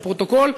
לפרוטוקול,